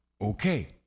okay